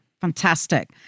Fantastic